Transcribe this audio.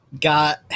Got